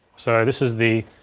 so this is the